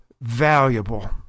valuable